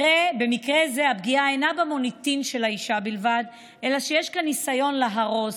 במקרה זה הפגיעה אינה במוניטין של האישה בלבד אלא יש כאן ניסיון להרוס,